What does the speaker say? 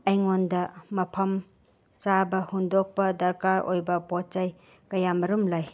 ꯑꯩꯉꯣꯟꯗ ꯃꯐꯝ ꯆꯥꯕ ꯍꯨꯟꯗꯣꯛꯄ ꯗꯔꯀꯥꯔ ꯑꯣꯏꯕ ꯄꯣꯠ ꯆꯩ ꯀꯌꯥ ꯃꯔꯨꯝ ꯂꯩ